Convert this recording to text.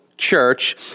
church